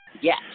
Yes